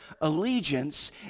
allegiance